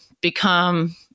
become